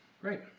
Great